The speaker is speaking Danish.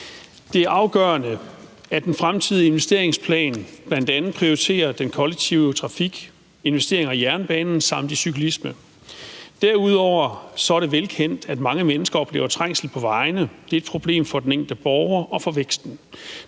Det er afgørende, at den fremtidige investeringsplan bl.a. prioriterer den kollektive trafik, investeringer i jernbanen samt i cyklisme. Derudover er det velkendt, at mange mennesker oplever trængsel på vejene. Det er et problem for den enkelte borger og for væksten.